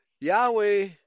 Yahweh